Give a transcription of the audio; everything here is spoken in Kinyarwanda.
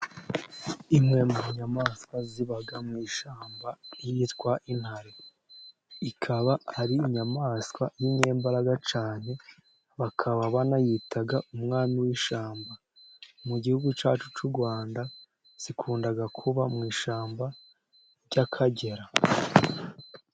Imwe mu nyamaswa ziba mu ishyamba yitwa intare, ikaba ari inyamaswa y'inyembaraga cyane, bakaba banayita umwami w'ishyamba, mu gihugu cyacu cy'u Rwanda, zikunda kuba mu ishyamba ry'Akagera.